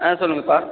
சொல்லுங்கள் சார்